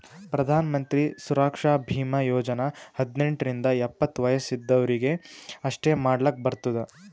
ಪ್ರಧಾನ್ ಮಂತ್ರಿ ಸುರಕ್ಷಾ ಭೀಮಾ ಯೋಜನಾ ಹದ್ನೆಂಟ್ ರಿಂದ ಎಪ್ಪತ್ತ ವಯಸ್ ಇದ್ದವರೀಗಿ ಅಷ್ಟೇ ಮಾಡ್ಲಾಕ್ ಬರ್ತುದ